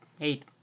eight